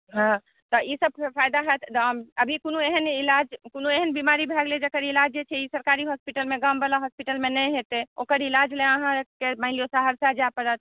हँ तऽ ई सभ फायदा होयत अभी एहन कोनो ईलाज कोनो एहन बीमारी भय गेलै जेकर ईलाज जे छै सरकारी हॉस्पिटलमे ई गाम वाला हॉस्पिटलमे नहि हेतै ओकर ईलाज अहाँकेँ मानि लियौ सहरसा जाए पड़त